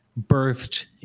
birthed